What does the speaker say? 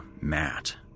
Matt